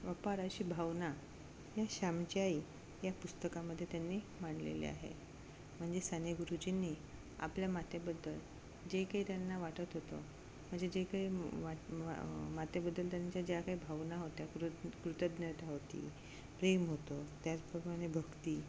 अपार अशी भावना या श्यामची आई या पुस्तकामध्ये त्यांनी मांडलेले आहे म्हणजे साने गुरुजींनी आपल्या मातेबद्दल जे काही त्यांना वाटत होतं म्हणजे जे काही वाट मातेबद्दल त्यांच्या ज्या काही भावना होत्या कृ कृतज्ञता होती प्रेम होतं त्याचप्रमाणे भक्ती